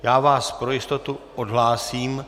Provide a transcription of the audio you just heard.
Já vás pro jistotu odhlásím.